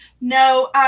No